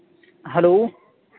hello